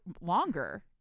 longer